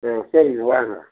ஆ சரிங்க வாங்க